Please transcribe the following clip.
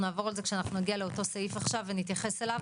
נעבור על זה כשנגיע לאותו סעיף ונתייחס אליו.